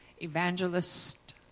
evangelist